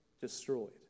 destroyed